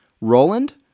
Roland